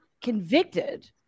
convicted